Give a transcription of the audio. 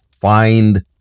find